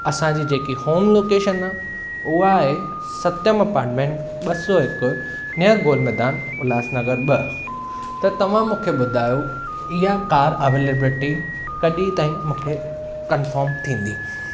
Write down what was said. असांजी जेकी home location आहे उहा आहे सत्यम अपार्टमेंट ॿ सौ हिकु नियर गोल मैदान उल्हास नगर ॿ त तव्हां मूंखे ॿुधायो इहा कार अवेलेबिलिटी कॾहिं ताईं मूंखे कंफर्म थींदी